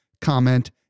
comment